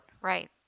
Right